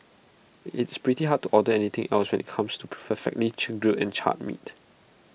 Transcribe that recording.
it's pretty hard to order anything else when IT comes to perfectly grilled and charred meats